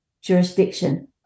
jurisdiction